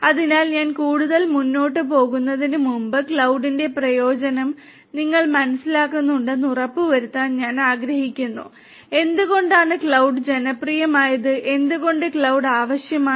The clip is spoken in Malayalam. അതിനാൽ ഞാൻ കൂടുതൽ മുന്നോട്ട് പോകുന്നതിനുമുമ്പ് ക്ലൌഡ്ന്റെ പ്രയോജനം നിങ്ങൾ മനസ്സിലാക്കുന്നുണ്ടെന്ന് ഉറപ്പുവരുത്താൻ ഞാൻ ആഗ്രഹിക്കുന്നു എന്തുകൊണ്ടാണ് മേഘം ജനപ്രിയമായത് എന്തുകൊണ്ട് ക്ലൌഡ് ആവശ്യമാണ്